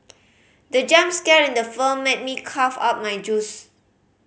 the jump scare in the film made me cough out my juice